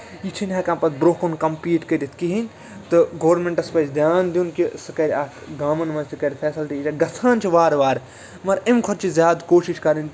یہِ چھِنہٕ ہٮ۪کان پتہٕ برونہہ کُن کَمپیٖٹ کٔرِتھ کِہیٖنۍ تہٕ گوٚرمٮ۪نٹَس پَزِ دِیان دیُن کہِ سُہ کَرِ اَتھ گامَن منٛز تہِ کرِ فٮ۪سَلٹیٖز یا گژھان چھِ وارٕ وارٕ مَگر اَمہِ کھۄتہٕ چھِ زیادٕ کوٗشِش کَرٕنۍ